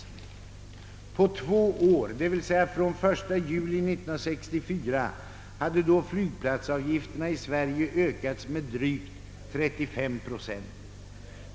På två år — d. v. s. från den 1 juli 1964 — hade flygplatsavgifterna i Sve: rige ökats med drygt 35 procent.